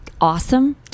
awesome